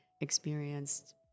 experienced